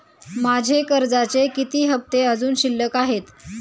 माझे कर्जाचे किती हफ्ते अजुन शिल्लक आहेत?